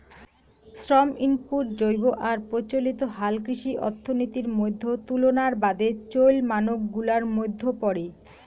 শ্রম ইনপুট জৈব আর প্রচলিত হালকৃষি অর্থনীতির মইধ্যে তুলনার বাদে চইল মানক গুলার মইধ্যে পরে